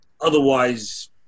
Otherwise